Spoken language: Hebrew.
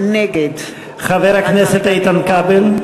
נגד חבר הכנסת איתן בכל?